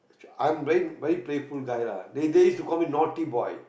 I'm very very playful guy lah they did call me naughty boy